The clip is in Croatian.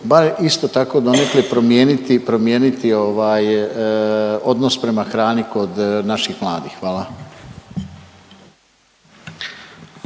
bar isto tako donekle promijeniti, promijeniti ovaj odnos prema hrani kod naših mladih? Hvala.